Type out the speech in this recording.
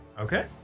Okay